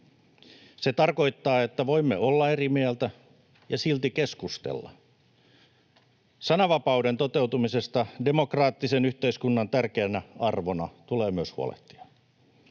se tarkoittaa, että voimme olla eri mieltä ja silti keskustella. Sananvapauden toteutumisesta tulee myös huolehtia demokraattisen yhteiskunnan tärkeänä arvona. Meidän on